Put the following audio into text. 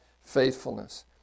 faithfulness